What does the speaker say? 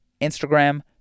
Instagram